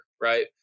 Right